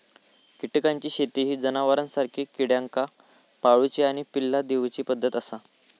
कीटकांची शेती ही जनावरांसारखी किड्यांका पाळूची आणि पिल्ला दिवची पद्धत आसा